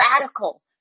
radical